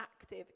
active